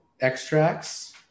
extracts